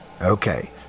Okay